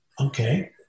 Okay